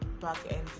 Back-end